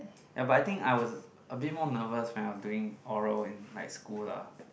ya but I think I was a bit more nervous when I was doing oral in like school lah